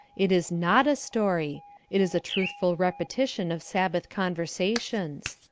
it is not a story it is a truthful repetition of sabbath conversations.